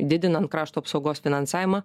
didinant krašto apsaugos finansavimą